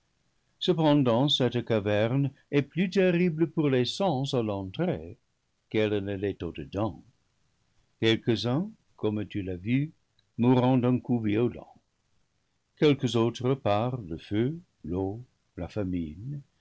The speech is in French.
cependant celte caverne est plus terrible pour les sens à l'entrée qu'elle ne l'est au-dedans quelques-uns comme tu l'as vu mourront d'un coup violent quelques autres par le feu l'eau la famine